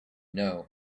know